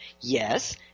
Yes